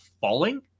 falling